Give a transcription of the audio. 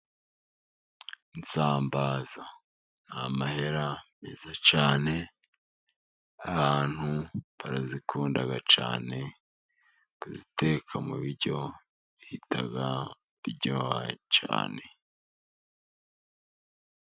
Insambaza ni amahera meza cyane. Abantu barazikunda cyane kuziteka mu biryo, bihita biryoha cyane.